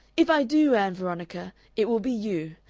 if i do, ann veronica, it will be you.